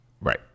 Right